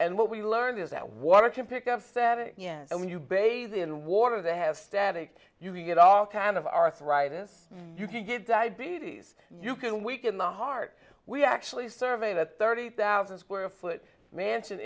and what we learned is that water to pick up static and when you bathe in water they have static you get all kinds of arthritis you can get diabetes you can weaken the heart we actually surveyed a thirty thousand square foot mansion